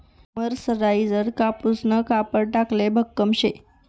मरसराईजडं कापूसनं कापड टिकाले भक्कम शे